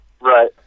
Right